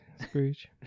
Scrooge